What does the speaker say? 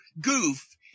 goof